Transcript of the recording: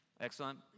Excellent